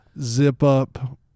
zip-up